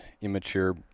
immature